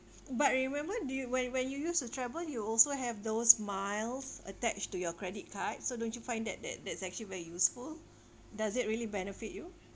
but remember do you when when you used to travel you also have those miles attached to your credit card so don't you find that that that's actually very useful does it really benefit you